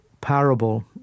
parable